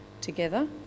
together